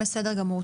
או-קיי, בסדר גמור.